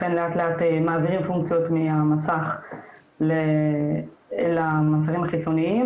אכן לאט לאט מעבירים פונקציות מהמסך למסכים החיצוניים,